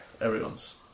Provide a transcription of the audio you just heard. Everyone's